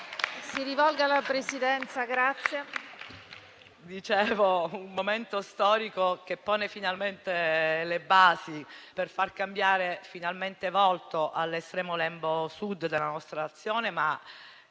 si rivolga alla Presidenza. MINASI *(LSP-PSd'Az)*. Dicevo, un momento storico che pone finalmente le basi per far cambiare finalmente volto all'estremo lembo Sud della nostra Nazione, ma